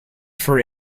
for